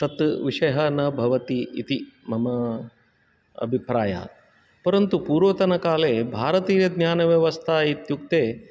तत् विषयः न भवति इति मम अभिप्रायः परन्तु पूर्वतन काले भारतीयज्ञानव्यवस्था इत्युक्ते